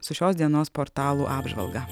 su šios dienos portalų apžvalga